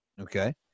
okay